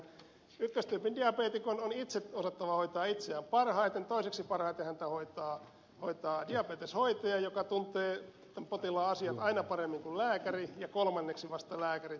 ykköstyypin diabeetikon on itse osattava hoitaa itseään parhaiten toiseksi parhaiten häntä hoitaa diabeteshoitaja joka tuntee potilaan asiat aina paremmin kuin lääkäri ja vasta kolmanneksi parhaiten lääkäri